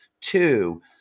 Two